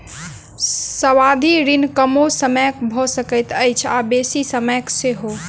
सावधि ऋण कमो समयक भ सकैत अछि आ बेसी समयक सेहो